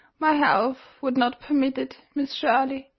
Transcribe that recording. my health would not permit it, miss shirley.